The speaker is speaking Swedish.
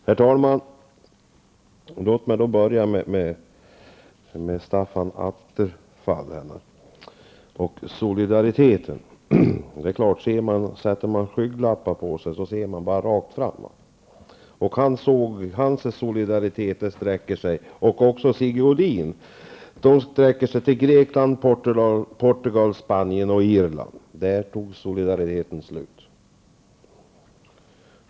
Herr talman! Låt mig börja med det som Staffan Attefall sade om solidariteten. Det är klart att om man sätter på sig skygglappar ser man bara rakt fram. Staffan Attefalls och Sigge Godins solidaritet sträcker sig till Grekland, Portugal, Spanien och Irland. Där tar solidariteten slut.